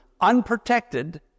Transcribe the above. unprotected